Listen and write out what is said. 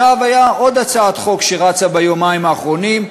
הייתה עוד הצעת חוק שרצה ביומיים האחרונים.